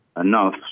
enough